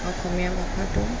অসমীয়া ভাষাটো